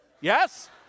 Yes